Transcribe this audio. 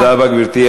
תודה רבה, גברתי.